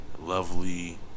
lovely